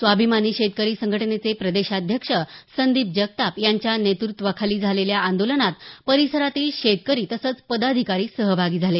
स्वाभिमानी शेतकरी संघटनेचे प्रदेशाध्यक्ष संदीप जगताप यांच्या नेत्रत्वाखाली झालेल्या आंदोलनात परिसरातील शेतकरी तसंच पदाधिकारी सहभागी झाले